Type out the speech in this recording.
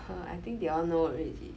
!huh! I think they all know already